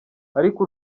ariko